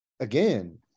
Again